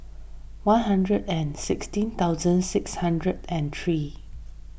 one hundred and sixteen thousand six hundred and three